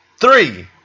Three